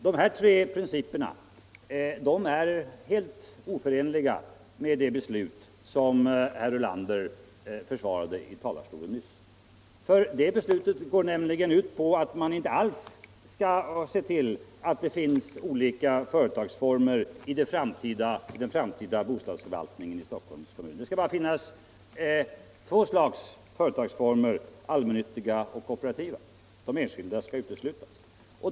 Dessa riktlinjer är helt oförenliga med det beslut som herr Ulander nyss försvarade från talarstolen. Det beslutet går nämligen ut på att man inte alls skall se till att det finns olika företagsformer i den framtida bostadsförvaltningen i Stockholms kommun. Det skall bara finnas två slags företagsformer, allmännyttiga och kooperativa. De enskilda skall uteslutas.